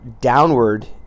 downward